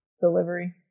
Delivery